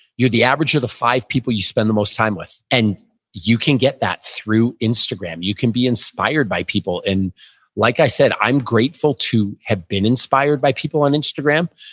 you're the average of the five people you spend the most time with. and you can get that through instagram. you can be inspired by people. and like i said, i'm grateful to have been inspired by people on instagram,